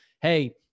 Hey